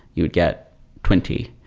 you'd get twenty.